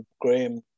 Graham